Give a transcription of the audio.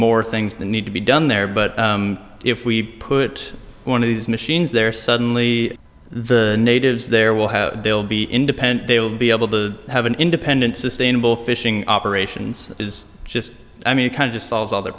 more things that need to be done there but if we put one of these machines there suddenly the natives there will have they'll be independent they will be able to have an independent sustainable fishing operations is just i mean you can't just solve all their